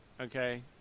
Okay